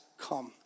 come